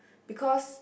because